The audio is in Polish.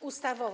ustawowo.